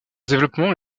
développement